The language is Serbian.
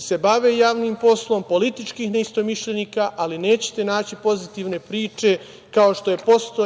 se bave javnim poslom, političkih neistomišljenika, ali nećete naći pozitivne priče kao što